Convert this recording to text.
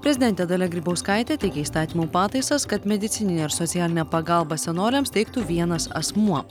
prezidentė dalia grybauskaitė teikia įstatymų pataisas kad medicininę ir socialinę pagalbą senoliams teiktų vienas asmuo